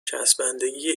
چسبندگی